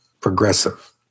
progressive